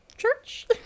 church